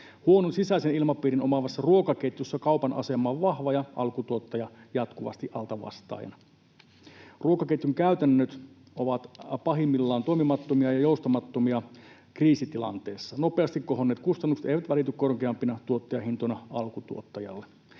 Huonon sisäisen ilmapiirin omaavassa ruokaketjussa kaupan asema on vahva ja alkutuottaja jatkuvasti altavastaajana. Ruokaketjun käytännöt ovat pahimmillaan toimimattomia ja joustamattomia kriisitilanteessa. Nopeasti kohonneet kustannukset eivät välity korkeampina tuottajahintoina alkutuottajalle.